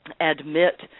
admit